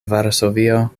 varsovio